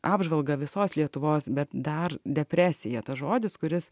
apžvalga visos lietuvos bet dar depresija tas žodis kuris